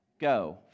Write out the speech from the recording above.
Go